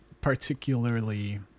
particularly